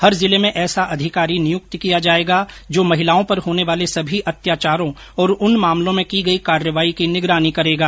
हर जिले में ऐसा अधिकारी नियुक्त किया जायेगा जो महिलाओं पर होने वाले सभी अत्याचारों और उन मामलों में की गई कार्रवाई की निगरानी करेगा